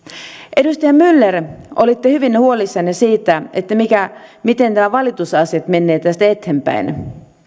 edustaja myller olitte hyvin huolissanne siitä miten nämä valitusasiat menevät tästä eteenpäin